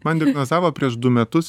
man diagnozavo prieš du metus